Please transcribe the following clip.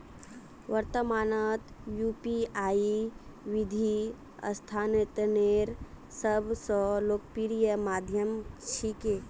वर्त्तमानत यू.पी.आई निधि स्थानांतनेर सब स लोकप्रिय माध्यम छिके